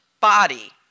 body